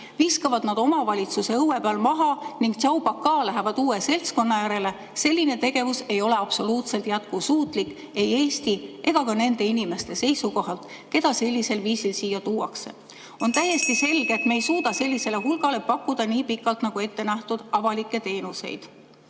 viskavad nad omavalitsuse õue peal maha ning tšau-pakaa, lähevad uue seltskonna järele – selline tegevus ei ole absoluutselt jätkusuutlik ei Eesti ega ka nende inimeste seisukohalt, keda sellisel viisil siia tuuakse. On täiesti selge ... (Juhataja helistab kella.) ... et me ei suuda sellisele hulgale pakkuda nii pikalt, nagu ette nähtud, avalikke teenuseid.